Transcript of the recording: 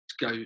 go